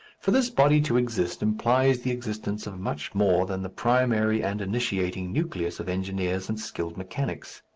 for this body to exist implies the existence of much more than the primary and initiating nucleus of engineers and skilled mechanics.